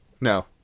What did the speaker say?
No